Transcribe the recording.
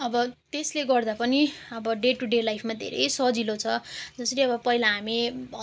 अब त्यसले गर्दा पनि अब डे टु डे लाइफमा धेरै सजिलो छ जसरी अब पहिला हामी